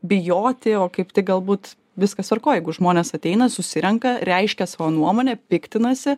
bijoti o kaip tik galbūt viskas tvarkoj jeigu žmonės ateina susirenka reiškia savo nuomonę piktinasi